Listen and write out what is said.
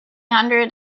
hundred